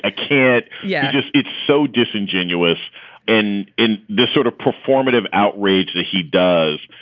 a kid. yeah just it's so disingenuous in in this sort of performative outrage that he does.